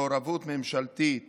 מעורבות ממשלתית